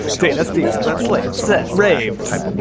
dana stevens that's slate's raves